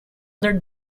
other